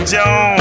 Jones